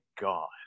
god